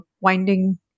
winding